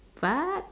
what